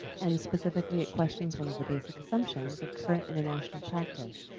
and specifically it questions one of the basic assumptions of current international practice,